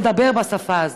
לדבר בשפה הזאת?